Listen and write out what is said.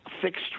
fixed